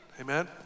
Amen